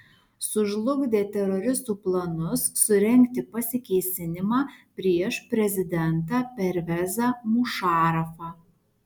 sužlugdė teroristų planus surengti pasikėsinimą prieš prezidentą pervezą mušarafą